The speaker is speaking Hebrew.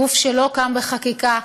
גוף שלא קם בחקיקה,